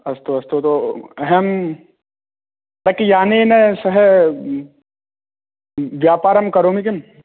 अस्तु अस्तु अहं स्वकीयानेन सह व्यापारं करोमि किम्